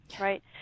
right